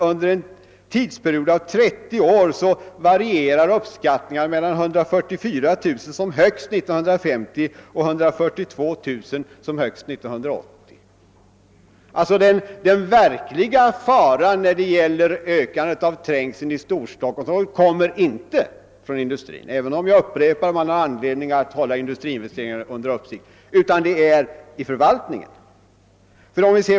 Under en tidsperiod av 30 år varierar alltså uppskattningen mellan 144 000 och 142 000 personer. Den verkliga faran för en ökning av trängseln i Storstockholmsområdet kommer inte från industrin — även om man, som jag redan sagt, har anledning att hålla industriinvesteringarna under uppsikt — utan från förvaltningen.